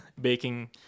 baking